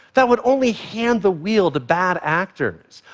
that would only hand the wheel to bad actors.